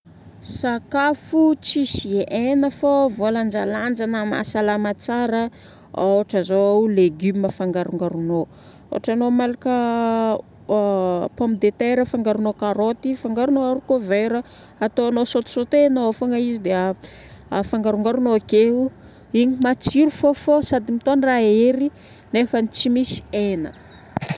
Sakafo tsisy hena fô voalanjalanja na mahasalama tsara. Ôhatra zao légume afangarongaronao. Ohatra anao malaka pomme de terre afangaronao karaoty, afangaronao haricots verts. Ataonao sautesautenao fogna izy dia afangarongaronao akeo. Igny matsiro fô fô sady mitondra hery nefa tsy misy hena.